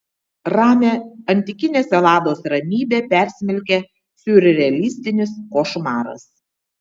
ramią antikinės elados ramybę persmelkia siurrealistinis košmaras